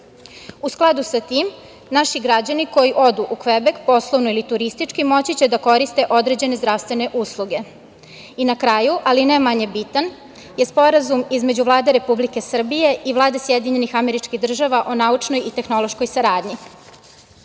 U skladu sa tim, naši građani koji odu u Kvebek, poslovno ili turistički, moći će da koriste određene zdravstvene usluge. Na kraju, ali ne manje bitan, Sporazum između Vlade Republike Srbije i Vlade SAD o naučnoj i tehnološkoj saradnji.